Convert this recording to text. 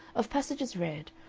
of passages read,